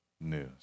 news